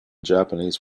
japanese